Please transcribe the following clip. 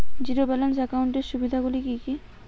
Zero balance একাউন্টের সুবিধা গুলি কি কি?